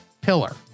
pillar